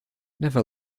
never